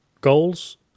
goals